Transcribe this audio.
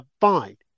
fine